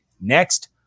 next